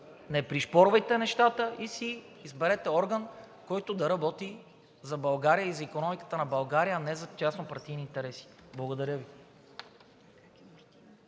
не пришпорвайте нещата – изберете си орган, който да работи за България и за икономиката на България, а не за частно- партийни интереси. Благодаря Ви.